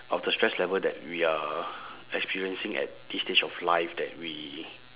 of the stress level that we are experiencing at this stage of life that we